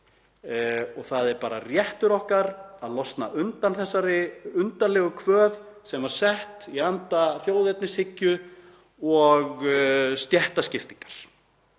Það er bara réttur okkar að losna undan þessari undarlegu kvöð sem var sett í anda þjóðernishyggju og stéttaskiptingar.